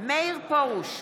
מאיר פרוש,